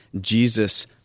Jesus—